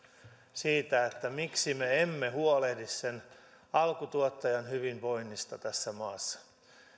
siitä miksi me emme huolehdi sen alkutuottajan hyvinvoinnista tässä maassa